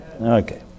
Okay